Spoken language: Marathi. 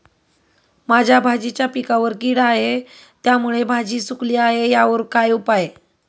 माझ्या भाजीच्या पिकावर कीड आहे त्यामुळे भाजी सुकली आहे यावर काय उपाय?